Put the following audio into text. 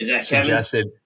suggested